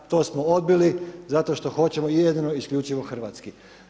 To smo odbili zato što hoćemo jedino i isključivo hrvatski.